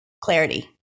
clarity